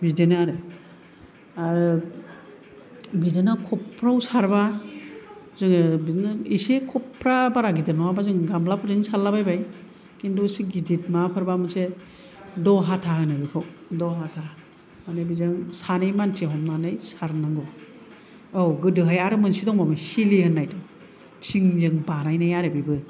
बिदिनो आरो बिदिनो खबफ्राव सारबा जोङो बिदिनो एसे खबफ्रा बारा गिदिर नङाब्ला जोङो गामला फोरजोंनो सारला बायबाय खिन्थु एसे गिदिर माबा फोरबा मोनसे द' हाथा होनो बेखौ द' हाथा माने बेजों सानै मानसि हमनानै सारनांगौ औ गोदोहाय आरो मोनसे दंमोन सिलि होननाय थिंजों बानायनाय आरो बेबो